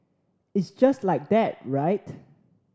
it's just like that right